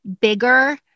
bigger